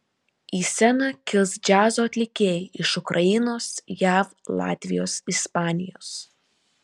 į sceną kils džiazo atlikėjai iš ukrainos jav latvijos ispanijos